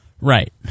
Right